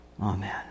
Amen